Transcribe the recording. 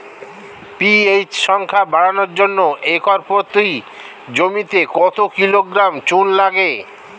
PH সংখ্যা বাড়ানোর জন্য একর প্রতি জমিতে কত কিলোগ্রাম চুন লাগে?